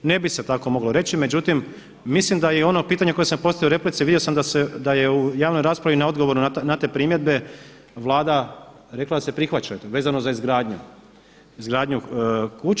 Ne bi se tako moglo reći, međutim mislim da je ono pitanje koje sam postavio u replici, vidio sam da je u javnoj raspravi odgovor na te primjedbe Vlada rekla da se prihvaćaju, vezano za izgradnju kuća.